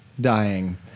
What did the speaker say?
dying